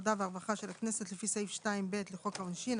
העבודה והרווחה של הכנסת לפי סעיף 2(ב) לחוק העונשין,